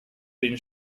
been